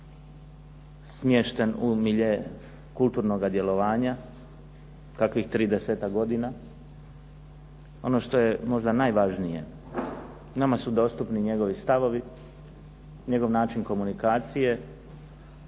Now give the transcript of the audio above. smješten u milje kulturnoga djelovanja kakvih tridesetak godina. Ono što je možda najvažnije nama su dostupni njegovi stavovi, njegov način komunikacije